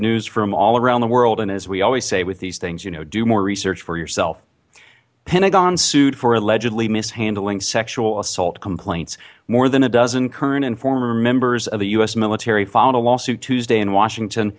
take news from all around the world and as we always say with these things you know do more research for yourself pentagon sued for allegedly mishandling sexual assault complaints more than a dozen current and former members of the us military filed a lawsuit tuesday in washington